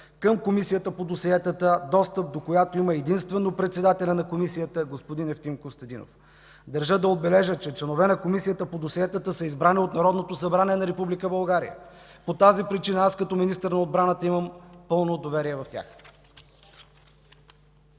към Комисията по досиетата, достъп до която има единствено председателят на Комисията господин Евтим Костадинов. Държа да отбележа, че членове на Комисията по досиетата са избрани от Народното събрание на Република България. По тази причина аз като министър на отбраната имам пълно доверие в тях.